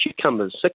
cucumbers